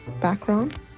background